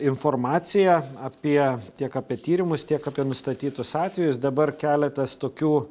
informacija apie tiek apie tyrimus tiek apie nustatytus atvejus dabar keletas tokių